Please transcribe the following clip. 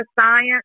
science